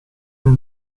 nel